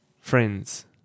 Friends